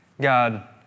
God